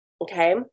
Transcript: Okay